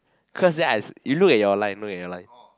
cause then I you look at your line look at your line